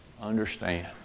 Understand